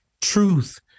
Truth